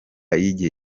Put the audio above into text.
y’igihe